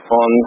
on